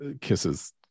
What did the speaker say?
kisses